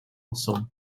ensemble